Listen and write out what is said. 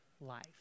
life